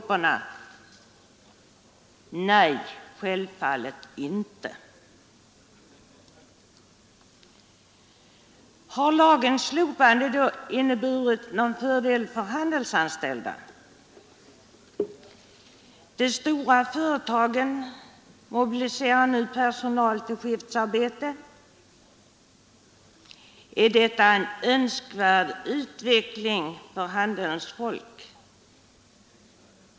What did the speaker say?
Nej, självfallet inte. Har lagens slopande då inneburit någon fördel för de handelsanställda? De stora företagen mobiliserar nu personal till skiftarbete. Är detta en önskvärd utveckling för handelns folk?